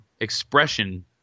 expression